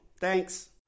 Thanks